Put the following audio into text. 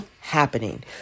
happening